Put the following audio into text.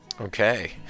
Okay